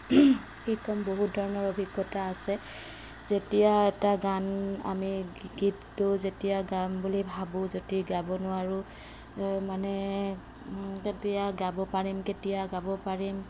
কি ক'ম বহুত ধৰণৰ অভিজ্ঞতা আছে যেতিয়া এটা গান আমি গীতটো যেতিয়া গাম বুলি ভাবোঁ যদি গাব নোৱাৰোঁ মানে কেতিয়া গাব পাৰিম কেতিয়া গাব পাৰিম